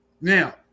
Now